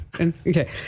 Okay